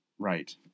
Right